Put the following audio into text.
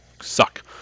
suck